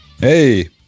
Hey